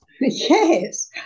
Yes